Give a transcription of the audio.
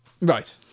Right